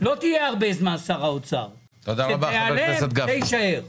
לא תהיה הרבה זמן שר אוצר, כשתיעלם, זה יישאר.